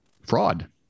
fraud